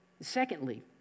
Secondly